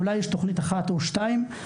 אולי יש תוכנית אחת או שתיים,